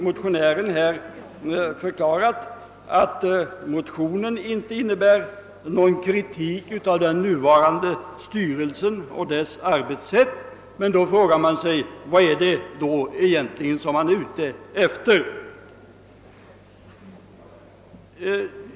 Motionären har förklarat att motionen inte innebär någon kritik av den nuvarande rikspolisstyrelsen och dess arbetssätt, men då frågar jag mig vad det egentligen är man är ute efter.